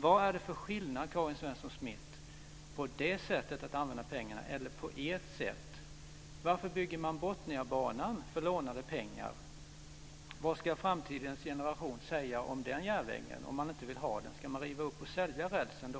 Vad är det för skillnad, Karin Svensson Smith, på det sättet att använda pengarna och ert sätt? Varför bygger man Botniabanan för lånade pengar? Vad ska framtidens generation säga om den järnvägen om de inte vill ha den? Ska de då riva upp rälsen och sälja den?